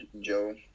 Joe